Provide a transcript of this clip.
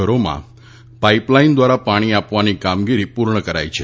ઘરોમાં પાઈપલાઈન દ્વારા પાણી આપવાની કામગીરી પૂર્ણ કરાઈ છે